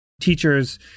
teachers